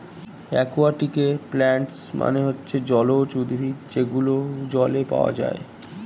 একুয়াটিকে প্লান্টস মানে হচ্ছে জলজ উদ্ভিদ যেগুলো জলে পাওয়া যায়